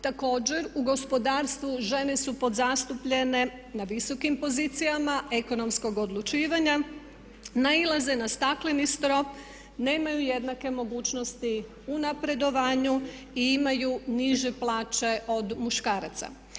Također, u gospodarstvu žene su podzastupljene na visokim pozicijama ekonomskog odlučivanja, nailaze na stakleni strop, nemaju jednake mogućnosti u napredovanju i imaju niže plaće od muškaraca.